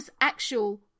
actual